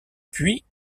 puits